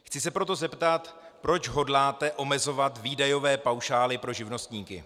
Chci se proto zeptat, proč hodláte omezovat výdajové paušály pro živnostníky.